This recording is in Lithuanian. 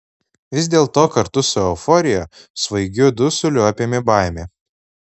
vis dėlto kartu su euforija svaigiu dusuliu apėmė baimė